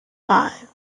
five